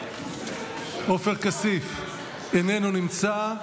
איננו נמצא.